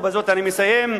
ובזאת אני מסיים.